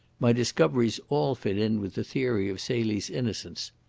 my discoveries all fit in with the theory of celie's innocence.